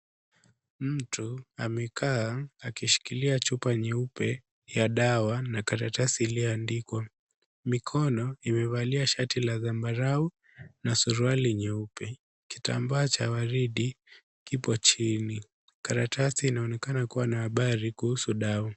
Mtu amekaa akishikilia chupa nyeupe ya dawa na karatasi iliyoandikwa. Mikono imevalia shati la zambarau na suruali nyeupe. Kitambaa cha waridi kipo chini. Karatasi inaonekana kuwa na habari kuhusu dawa.